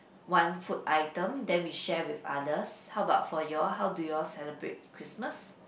one food item then we share with others how about for your how do you all celebrate Christmas